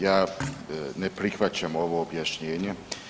Ja ne prihvaćam ovo objašnjenje.